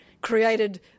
created